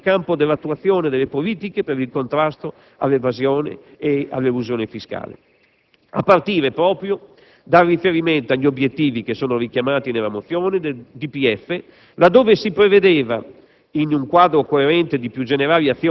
di maggiore corresponsabilizzazione nel campo dell'attuazione delle politiche per il contrasto all'evasione e all'elusione fiscale. Questo a partire proprio dal riferimento agli obiettivi che sono richiamati nella mozione del DPEF, laddove si prevedeva,